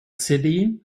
city